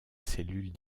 cellule